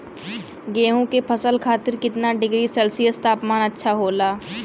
गेहूँ के फसल खातीर कितना डिग्री सेल्सीयस तापमान अच्छा होला?